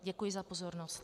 Děkuji za pozornost.